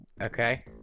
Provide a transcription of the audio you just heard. Okay